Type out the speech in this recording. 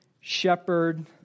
shepherd